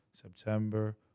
September